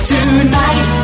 Tonight